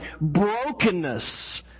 Brokenness